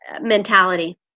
Mentality